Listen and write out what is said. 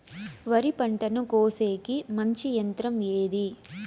వరి పంటను కోసేకి మంచి యంత్రం ఏది?